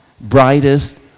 brightest